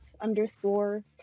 underscore